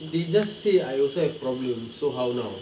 they just say I also have problems so how now